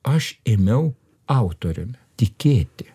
aš ėmiau autoriumi tikėti